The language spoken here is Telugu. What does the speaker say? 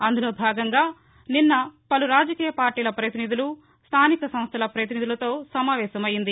అందులో భాగంగా నిన్న పలు రాజకీయ పార్లీల ప్రతినిధులు స్తానిక సంస్థల ప్రతినిధులతో సమావేశం అయింది